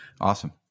Awesome